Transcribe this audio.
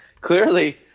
clearly